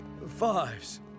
Fives